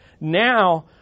Now